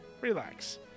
relax